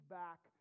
back